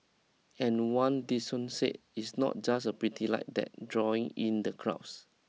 and one say it's not just the pretty light that's drawing in the crowds